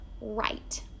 right